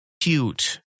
cute